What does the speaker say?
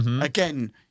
Again